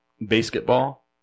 Basketball